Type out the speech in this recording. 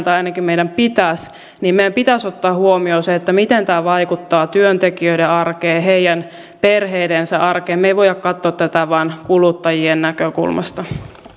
tai ainakin meidän pitäisi kun me tällaista lainsäädäntöä teemme ottaa huomioon se miten tämä vaikuttaa työntekijöiden arkeen heidän perheidensä arkeen me emme voi katsoa tätä vain kuluttajien näkökulmasta